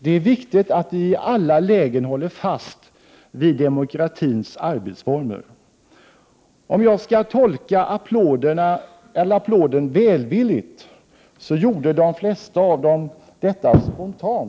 Det är viktigt att vi i alla lägen håller fast vid demokratins arbetsformer. Om jag skall tolka denna applåd välvilligt, var den till största delen spontan